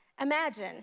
Imagine